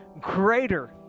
greater